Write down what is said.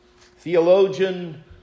theologian